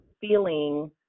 feeling